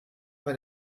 bei